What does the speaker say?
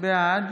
בעד